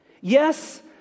Yes